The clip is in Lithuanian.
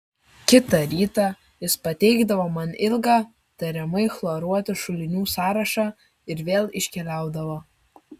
kitą rytą jis pateikdavo man ilgą tariamai chloruotų šulinių sąrašą ir vėl iškeliaudavo